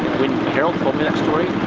when harold told me that story,